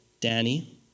Danny